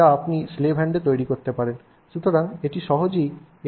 সুতরাং আপনি সহজেই এটি হাতের সম্প্রসারণ হিসাবে ব্যবহার করতে পারেন